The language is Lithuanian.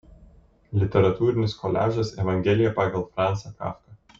literatūrinis koliažas evangelija pagal francą kafką